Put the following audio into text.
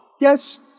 Yes